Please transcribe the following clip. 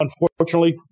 unfortunately